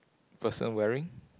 person wearing